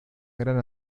gran